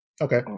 Okay